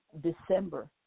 December